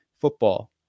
football